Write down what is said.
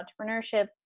entrepreneurship